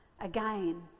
Again